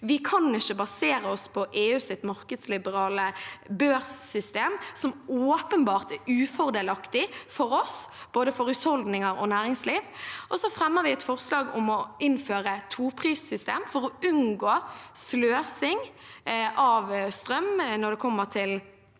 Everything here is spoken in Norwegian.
Vi kan ikke basere oss på EUs markedsliberale børssystem, som åpenbart er ufordelaktig for oss, både for husholdninger og for næringsliv. Vi fremmer også et forslag om å innføre et toprissystem, for å unngå sløsing av strøm til